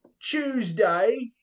Tuesday